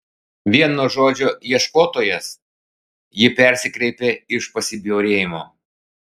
vien nuo žodžio ieškotojas ji persikreipė iš pasibjaurėjimo